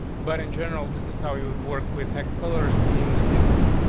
but in general, this is how it would work with hex colors in the css.